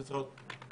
שצריכה להיות מטכ"ל,